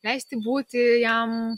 leisti būti jam